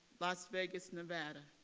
las vegas, nevada.